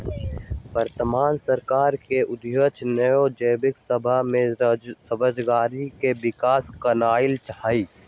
वर्तमान सरकार के उद्देश्य नओ जुबक सभ में स्वरोजगारी के विकास करनाई हई